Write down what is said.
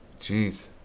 Jeez